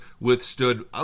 withstood